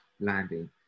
landing